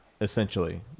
essentially